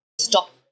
stop